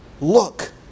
look